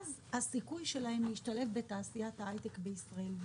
הסיכוי שלהם להשתלב בתעשיית ההייטק בישראל.